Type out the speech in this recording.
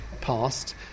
past